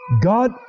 God